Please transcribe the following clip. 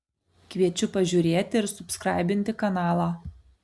kviečiu pažiūrėti ir subskraibinti kanalą